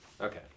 okay